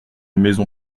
maison